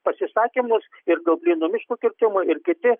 pasisakymus ir dėl plyno miško kirtimo ir kiti